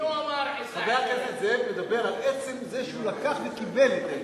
חבר הכנסת זאב מדבר על עצם זה שהוא לקח וקיבל את המסמכים.